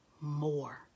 more